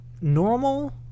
normal